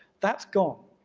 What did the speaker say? that's gone.